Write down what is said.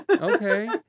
Okay